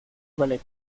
ballet